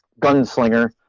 gunslinger